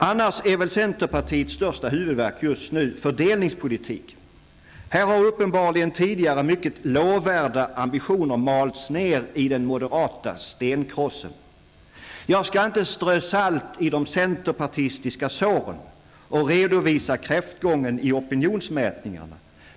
Annars är väl centerpartiets största huvudvärk just nu fördelningspolitiken. Här har uppenbarligen tidigare mycket lovvärda ambitioner malts ner i den moderata stenkrossen. Jag skall inte strö salt i de centerpartistiska såren och redovisa kräftgången i opinionsmätningarna.